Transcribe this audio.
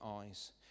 eyes